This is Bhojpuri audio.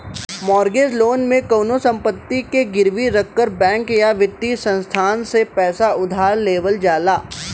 मॉर्गेज लोन में कउनो संपत्ति के गिरवी रखकर बैंक या वित्तीय संस्थान से पैसा उधार लेवल जाला